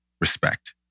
respect